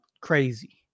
crazy